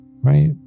right